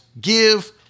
give